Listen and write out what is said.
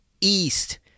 east